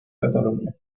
cataluña